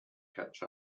catch